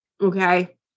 Okay